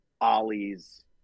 Ollie's